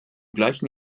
gleichen